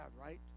right